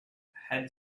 had